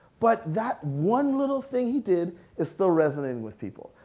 but that one little thing he did is still resonating with people.